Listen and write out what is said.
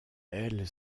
elle